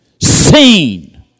seen